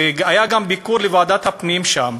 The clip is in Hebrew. היה גם ביקור של ועדת הפנים שם,